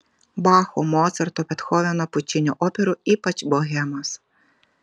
bacho mocarto bethoveno pučinio operų ypač bohemos